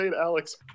Alex